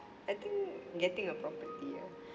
I think getting a property ah